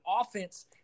offense